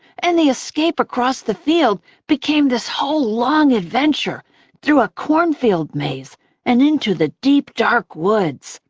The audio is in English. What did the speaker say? and the escape across the field became this whole long adventure through a cornfield maze and into the deep dark woods.